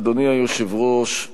אדוני היושב-ראש,